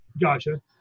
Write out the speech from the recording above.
Gotcha